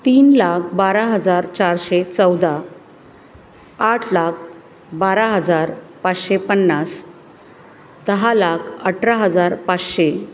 तीन लाख बारा हजार चारशे चौदा आठ लाख बारा हजार पाचशे पन्नास दहा लाख अठरा हजार पाचशे